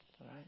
right